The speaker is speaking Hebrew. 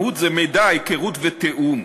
מהו"ת זה מידע, היכרות ותיאום,